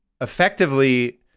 effectively